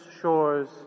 shores